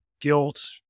guilt